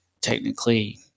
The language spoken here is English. technically